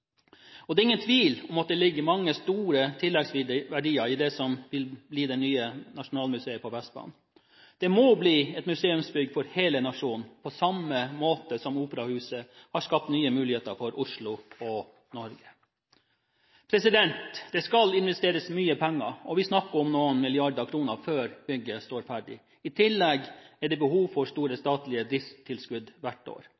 Det er ingen tvil om at det ligger mange, store tilleggsverdier i det som vil bli det nye nasjonalmuseet på Vestbanen. Det må bli et museumsbygg for hele nasjonen – på samme måte som operahuset har skapt nye muligheter for Oslo og Norge. Det skal investeres mye penger – vi snakker om noen milliarder kroner før bygget står ferdig. I tillegg er det behov for store statlige driftstilskudd hvert år.